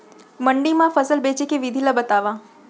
मंडी मा फसल बेचे के विधि ला बतावव?